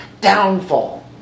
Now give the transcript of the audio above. downfall